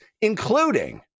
including